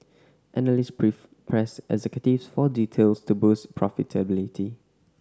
analyst pressed executives for details to boost profitability